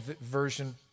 Version